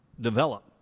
develop